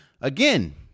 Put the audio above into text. again